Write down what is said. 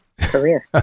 career